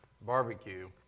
barbecue